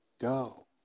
go